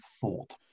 thought